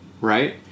Right